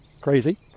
crazy